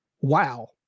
wow